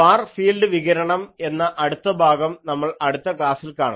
far field വികിരണം എന്ന അടുത്ത ഭാഗം നമ്മൾ അടുത്ത ക്ലാസ്സിൽ കാണും